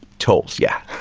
toes, yeah.